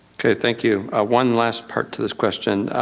okay, thank you. one last part to this question.